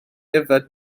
yfed